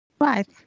Right